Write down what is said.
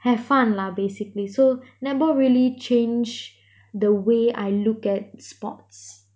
have fun lah basically so netball really changed the way I look at sports